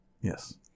Yes